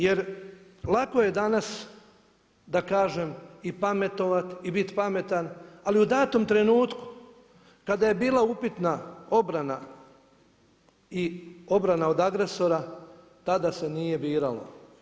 Jer lako je danas, da kažem i pametovati i biti pametan, ali u datom trenutku, kada je bila upitna obrana i obrana od agresora, tada se nije biralo.